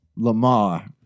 Lamar